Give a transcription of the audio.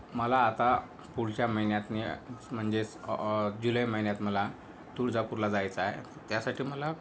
मला आता पुढच्या महिन्यातनी म्हणजेच जुलै महिन्यात मला तुळजापूरला जायचं आहे त्यासाठी मला